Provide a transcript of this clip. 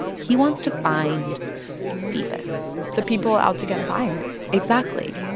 he wants to find phoebus the people out to get byron exactly.